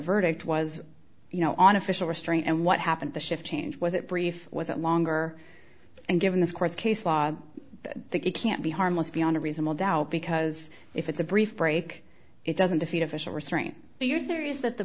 verdict was you know on official restraint and what happened the shift change was it brief was it longer and given this court case law i think it can't be harmless beyond a reasonable doubt because if it's a brief break it doesn't defeat official restraint so your theory is that the